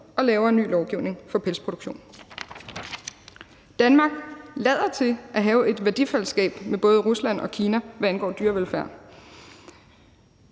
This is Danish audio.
og laver ny lovgivning for pelsproduktion. Danmark lader til at have et værdifællesskab med både Rusland og Kina, hvad angår dyrevelfærd,